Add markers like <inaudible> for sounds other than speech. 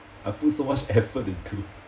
I put so much <laughs> effort into